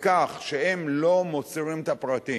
בכך שהם לא מוסרים את הפרטים,